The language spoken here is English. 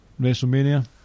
WrestleMania